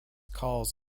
calls